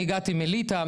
אני הגעתי מליטא.